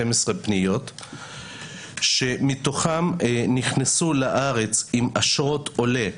פניות כשמתוכם נכנסו לארץ עם אשרות עולה,